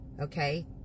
okay